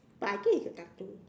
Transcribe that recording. but I think it's a cartoon